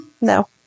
No